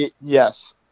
yes